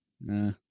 Nah